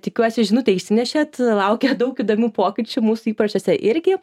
tikiuosi žinutę išsinešėt laukia daug įdomių pokyčių mūsų įpročiuose irgi